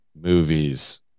movies